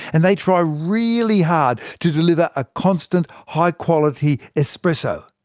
and they try really hard to deliver a constant high-quality espresso.